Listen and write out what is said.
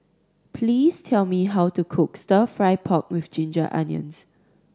please tell me how to cook Stir Fry pork with ginger onions